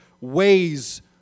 ways